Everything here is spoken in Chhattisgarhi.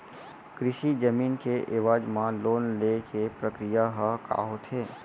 कृषि जमीन के एवज म लोन ले के प्रक्रिया ह का होथे?